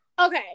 Okay